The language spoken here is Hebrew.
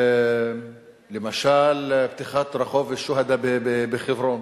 למשל פתיחת רחוב שוהדא בחברון,